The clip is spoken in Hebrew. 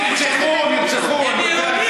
נרצחו, נרצחו, אני יודע.